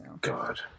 God